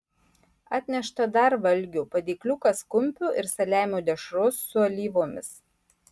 atnešta dar valgio padėkliukas kumpio ir saliamio dešros su alyvomis